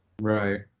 Right